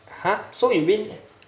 !huh! so you mean